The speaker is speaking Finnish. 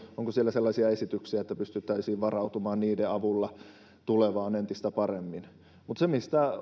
onko siellä sellaisia esityksiä joiden avulla pystyttäisiin jo varautumaan tulevaan entistä paremmin se mistä